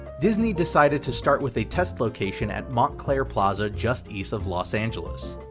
disney decided to start with a test location at montclair plaza just east of los angeles.